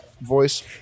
voice